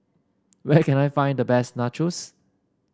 where can I find the best Nachos